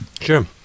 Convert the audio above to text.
sure